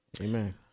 amen